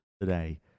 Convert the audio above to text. today